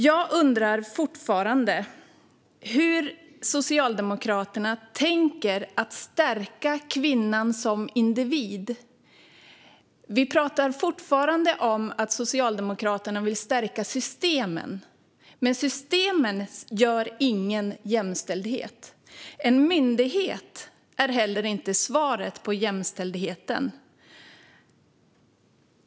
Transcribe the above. Jag undrar fortfarande hur Socialdemokraterna tänker stärka kvinnan som individ. Det talas fortfarande om att Socialdemokraterna vill stärka systemen. Men systemen skapar ingen jämställdhet. En myndighet är inte heller svaret på jämställdheten.